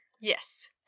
Yes